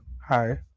hi